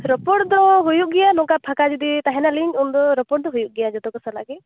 ᱨᱚᱯᱚᱲ ᱫᱚ ᱦᱩᱭᱩᱜ ᱜᱮᱭᱟ ᱱᱚᱝᱠᱟ ᱯᱷᱟᱠᱟ ᱡᱩᱫᱤ ᱛᱟᱦᱮᱱᱟᱹᱞᱤᱧ ᱩᱱᱫᱚ ᱨᱚᱯᱚᱲ ᱫᱚ ᱦᱩᱭᱩᱜ ᱜᱮᱭᱟ ᱡᱚᱛᱚ ᱠᱚ ᱥᱟᱞᱟᱜ ᱜᱮ